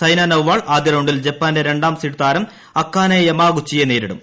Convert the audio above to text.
സൈന നെഹ്വാൾ ആദ്യ റൌണ്ടിൽ ജപ്പാന്റെ രണ്ടാം സീഡ് താരം അക്കാനെ യ്മാഗുച്ചിയെ നേരിടും